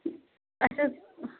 اَسہِ حظ